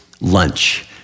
lunch